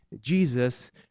Jesus